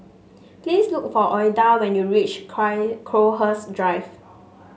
please look for Ouida when you reach Crowhurst Drive